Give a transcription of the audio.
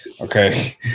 Okay